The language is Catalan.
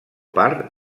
part